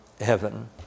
heaven